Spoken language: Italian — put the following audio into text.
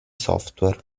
software